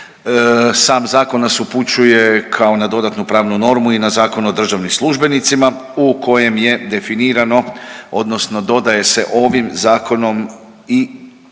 sam zakon nas upućuje kao na dodatnu pravnu normu i na Zakon o državnim službenicima u kojem je definirao odnosno dodaje se ovim zakonom i st.